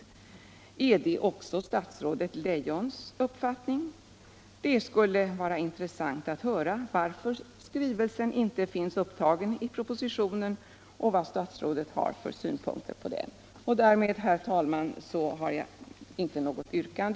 Är det också statsrådets Leijons uppfattning? Det skulle vara intressant att höra varför skrivelsen inte finns upptagen i propositionen och vad statsrådet har för synpunkter på den. Herr talman! Jag har inte något yrkande.